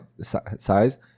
size